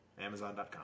Amazon.com